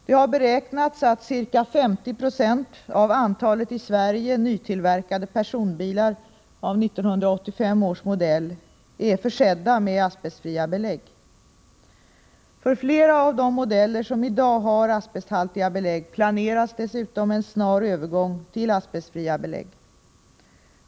Det har beräknats att ca 50 90 av antalet i Sverige nytillverkade personbilar av 1985 års modell är försedda med asbestfria belägg. För flera av de modeller som i dag har asbesthaltiga belägg planeras dessutom en snar övergång till asbestfria belägg.